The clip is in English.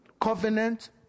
covenant